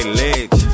legs